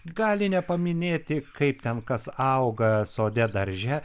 gali nepaminėti kaip ten kas auga sode darže